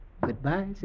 Goodbye